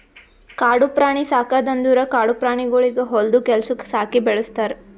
ಕಾಡು ಪ್ರಾಣಿ ಸಾಕದ್ ಅಂದುರ್ ಕಾಡು ಪ್ರಾಣಿಗೊಳಿಗ್ ಹೊಲ್ದು ಕೆಲಸುಕ್ ಸಾಕಿ ಬೆಳುಸ್ತಾರ್